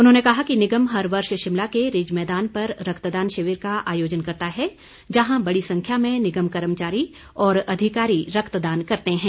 उन्होंने कहा कि निगम हर वर्ष शिमला के रिज मैदान पर रक्तदान शिविर का आयोजन करता है जहां बड़ी संख्या में निगम कर्मचारी और अधिकारी रक्तदान करते हैं